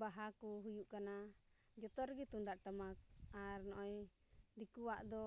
ᱵᱟᱦᱟ ᱠᱚ ᱦᱩᱭᱩᱜ ᱠᱟᱱᱟ ᱡᱚᱛᱚ ᱨᱮᱜᱮ ᱛᱩᱢᱫᱟᱜ ᱴᱟᱢᱟᱠ ᱟᱨ ᱱᱚᱜᱼᱚᱭ ᱫᱤᱠᱩᱣᱟᱜ ᱫᱚ